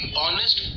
honest